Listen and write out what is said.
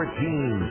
team